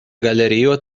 galerio